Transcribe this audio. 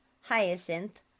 Hyacinth